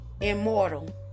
immortal